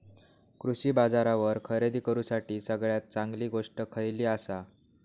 कृषी बाजारावर खरेदी करूसाठी सगळ्यात चांगली गोष्ट खैयली आसा?